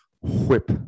whip